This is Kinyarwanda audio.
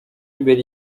imbere